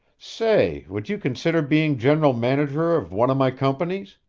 say, would you consider being general manager of one of my companies?